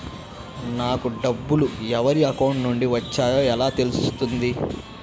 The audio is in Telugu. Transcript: నాకు డబ్బులు ఎవరి అకౌంట్ నుండి వచ్చాయో ఎలా తెలుస్తుంది?